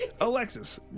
Alexis